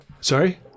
Sorry